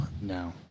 No